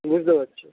বুঝতে পারছি